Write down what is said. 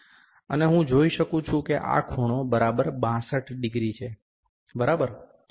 અને હું જોઈ શકું છું કે આ ખૂણો બરાબર 62 ડિગ્રી છે બરાબર